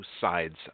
sides